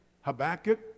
Habakkuk